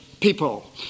people